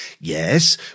Yes